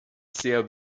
sehr